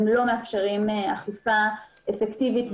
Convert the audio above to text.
הם לא מאפשרים אכיפה אפקטיבית,